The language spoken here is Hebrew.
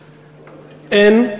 אין,